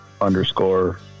underscore